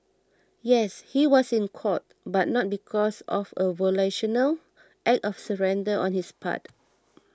yes he was in court but not because of a volitional act of surrender on his part